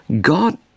God